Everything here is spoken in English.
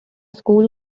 school